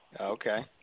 Okay